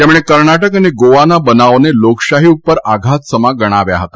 તેમણે કર્ણાટક અને ગોવાના બનાવોને લોકશાહી ઉપર આધાત સમા ગણાવ્યા હતા